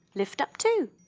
lift up two,